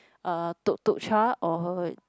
uh Tuk Tuk Cha or